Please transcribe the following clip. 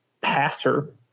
passer